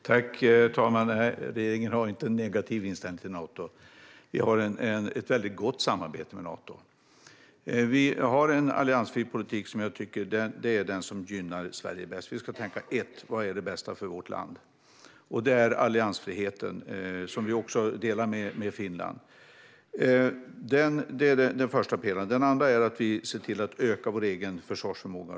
Herr talman! Regeringen har inte någon negativ inställning till Nato. Vi har ett väldigt gott samarbete. Vi har en alliansfri politik som är den som gynnar Sverige bäst. Det första är: Vad är det bästa för vårt land? Jo, det är alliansfriheten, som vi också delar med Finland. Det andra är: Vi ser till att öka vår egen försvarsförmåga.